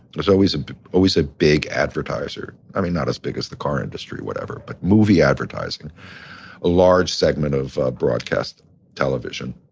there's always ah a ah big advertiser. i mean not as big as the car industry, whatever, but movie advertising, a large segment of broadcast television.